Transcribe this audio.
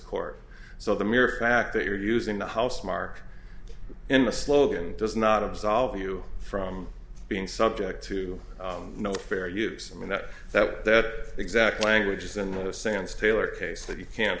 court so the mere fact that you're using the house mark in a slogan does not absolve you from being subject to no fair use and that that exact language is in the sense taylor case that you can't